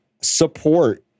support